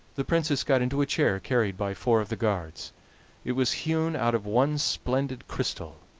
the princess got into a chair carried by four of the guards it was hewn out of one splendid crystal,